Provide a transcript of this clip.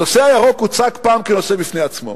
הנושא הירוק הוצג פעם כנושא בפני עצמו.